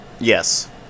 Yes